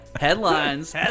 Headlines